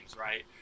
right